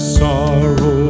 sorrow